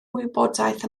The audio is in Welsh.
wybodaeth